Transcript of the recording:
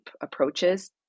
approaches